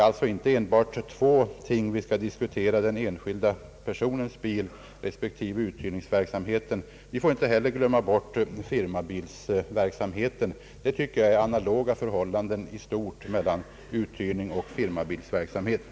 Det sistnämnda har en viss parallell med uthyrningsverksamheten.